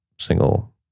Single